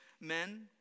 men